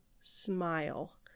smile